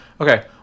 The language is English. Okay